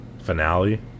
finale